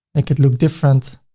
it could look different,